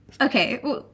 Okay